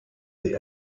the